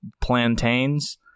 plantains